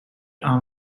arm